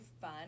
fun